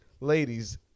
ladies